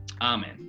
Amen